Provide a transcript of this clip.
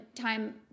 time